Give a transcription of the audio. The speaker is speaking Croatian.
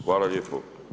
Hvala lijepo.